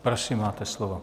Prosím, máte slovo.